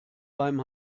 beim